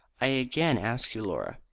i again ask you, laura,